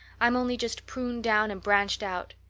i'm only just pruned down and branched out.